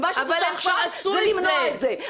מה שאת עושה עכשיו, זה למנוע את זה.